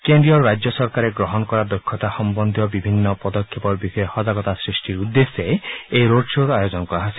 কেন্দ্ৰীয় আৰু ৰাজ্য চৰকাৰে গ্ৰহণ কৰা দক্ষতা সম্বন্ধীয় বিভিন্ন পদক্ষেপৰ বিষয়ে সজাগতা সৃষ্টিৰ উদ্দেশ্যে এই ৰোড শ্ব'ৰ আয়োজন কৰা হৈছে